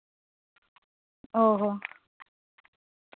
ᱚᱻ